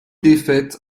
défaite